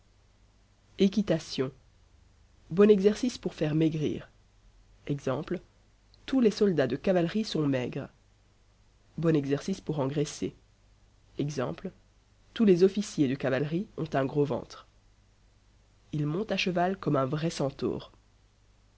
équitation bon exercice pour faire maigrir ex tous les soldats de cavalerie sont maigres bon exercice pour engraisser ex tous les officiers de cavalerie ont un gros ventre il monte à cheval comme un vrai centaure